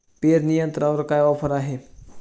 पेरणी यंत्रावर काय ऑफर आहे?